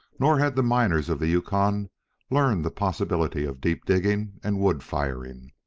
nor had the miners of the yukon learned the possibilities of deep digging and wood-firing.